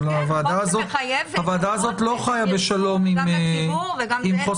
אבל הוועדה הזאת לא חיה בשלום עם חוסר